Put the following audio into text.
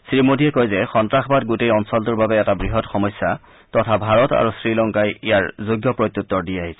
শ্ৰীমোদীয়ে কয় যে সন্তাসবাদ গোটেই অঞ্চলটোৰ বাবে এটা বৃহৎ সমস্যা তথা ভাৰত আৰু শ্ৰীলংকাই ইয়াৰ যোগ্য প্ৰত্যুত্তৰ দি আহিছে